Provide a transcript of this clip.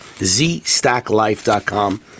zstacklife.com